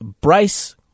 Bryce